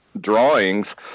drawings